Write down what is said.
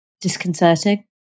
disconcerting